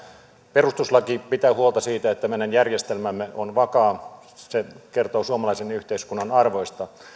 perustuslaki pitää huolta siitä että meidän järjestelmämme on vakaa se kertoo suomalaisen yhteiskunnan arvoista